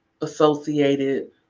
associated